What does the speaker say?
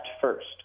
first